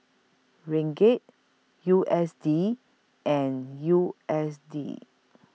Ringgit U S D and U S D